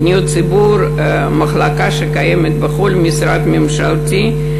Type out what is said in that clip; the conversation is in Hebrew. פניות הציבור זו מחלקה שקיימת בכל משרד ממשלתי.